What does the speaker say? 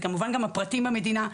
זה כמובן גם הפרטיים במדינה,